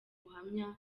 buhamya